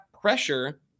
pressure